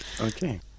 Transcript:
okay